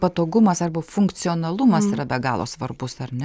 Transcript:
patogumas arba funkcionalumas yra be galo svarbus ar ne